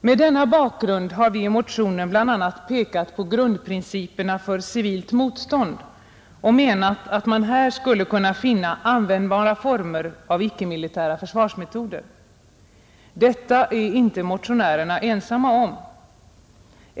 Med denna bakgrund har vi i motionen bl.a. pekat på grundprinciperna för civilt motstånd och menat att man här skulle kunna finna användbara former av icke-militära försvarsmetoder. Detta är inte motionärerna ensamma om.